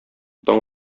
таң